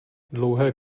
dlouhé